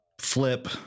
flip